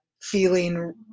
feeling